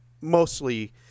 Mostly